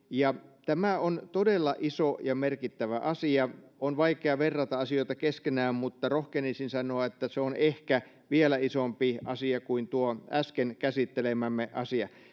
tämä on todella iso ja merkittävä asia on vaikea verrata asioita keskenään mutta rohkenisin sanoa että se on ehkä vielä isompi asia kuin tuo äsken käsittelemämme asia